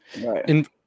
Right